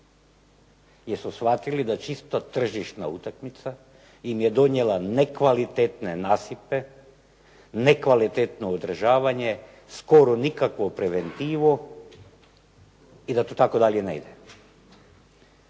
su shvatili da čisto tržišna utakmica im je donijela nekvalitetne nasipe, nekvalitetno održavanje, skoro nikakvu preventivu i da to tako dalje ne ide.